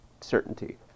certainty